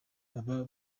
baba